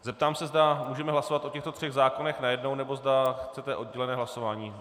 Zeptám se, zda můžeme hlasovat o těchto třech zákonech najednou, nebo zda chcete oddělené hlasování.